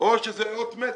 או שזאת אות מתה?